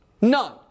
none